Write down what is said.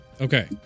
Okay